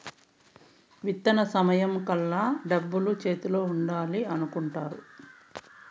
విత్తన సమయం కల్లా డబ్బులు చేతిలో ఉండాలని అనుకుంటారు